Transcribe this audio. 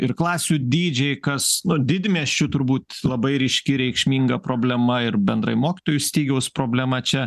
ir klasių dydžiai kas nu didmiesčių turbūt labai ryški reikšminga problema ir bendrai mokytojų stygiaus problema čia